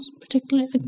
particularly